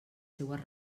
seues